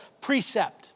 precept